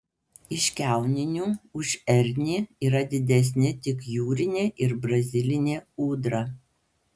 iš kiauninių už ernį yra didesni tik jūrinė ir brazilinė ūdra